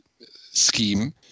scheme